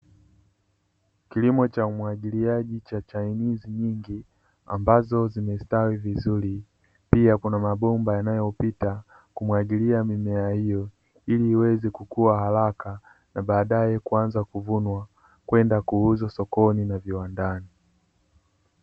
Kilimo cha umwagiliaji cha chainizi nyingi, ambazo zimestawi vizuri. Pia kuna mabomba yanayopita kumwagilia mimea hiyo, ili iweze kukua haraka na baadae kuanza kuvunwa kwenda kuuzwa sokoni na viwandani.